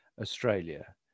Australia